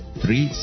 three